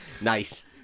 Nice